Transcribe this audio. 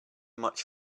much